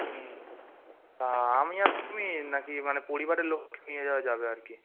হুম তা আমি আর তুমি নাকি মানে পরিবারের লোক নিয়ে যাওয়া যাবে আর কি